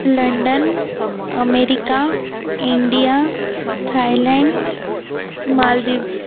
London America India Thailand Maldives